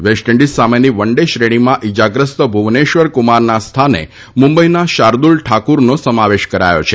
West Indies સામેની one day શ્રેણીમાં ઇજાગ્રસ્ત ભુવનેશ્વર કુમારના સ્થાને મુંબઇના શાર્દુલ ઠાકુરનો સમાવેશ કરાયો છે